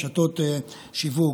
רשתות שיווק.